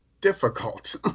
difficult